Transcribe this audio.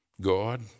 God